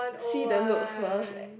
see the looks of us